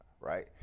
right